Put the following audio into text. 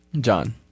john